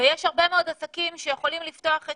יש הרבה מאוד עסקים שיכולים לפתוח את